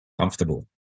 Comfortable